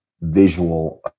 visual